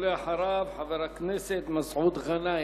ולאחריו חבר הכנסת מסעוד גנאים.